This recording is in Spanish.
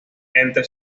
entre